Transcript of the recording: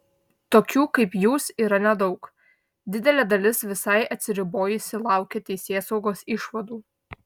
tokių kaip jūs yra nedaug didelė dalis visai atsiribojusi laukia teisėsaugos išvadų